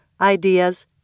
ideas